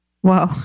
Whoa